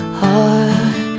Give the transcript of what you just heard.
heart